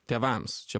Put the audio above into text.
tėvams čia